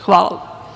Hvala.